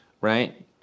right